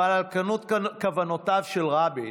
אבל על כנות כוונותיו של רבין,